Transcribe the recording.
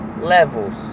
levels